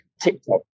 TikTok